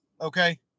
Okay